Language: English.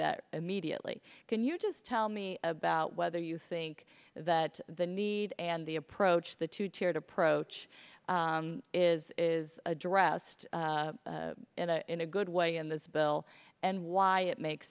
that immediately can you just tell me about whether you think that the need and the approach the two tiered approach is is addressed in a good way in this bill and why it makes